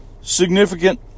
significant